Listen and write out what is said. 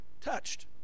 touched